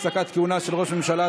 הפסקת כהונה של ראש ממשלה,